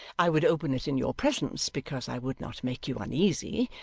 i would open it in your presence, because i would not make you uneasy.